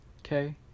Okay